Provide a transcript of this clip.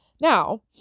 Now